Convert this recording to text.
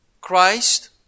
Christ